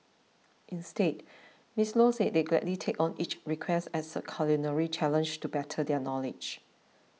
instead Miss Low said they gladly take on each request as a culinary challenge to better their knowledge